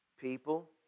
People